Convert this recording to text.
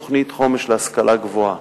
תוכנית חומש להשכלה הגבוהה.